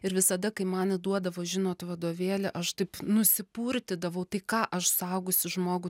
ir visada kai man įduodavo žinot vadovėlį aš taip nusipurtydavau tai ką aš suaugusį žmogų